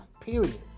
Period